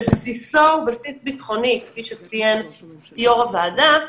שבסיסו הוא בסיס ביטחוני כפי שציין יו"ר הוועדה,